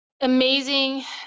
amazing